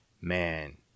Man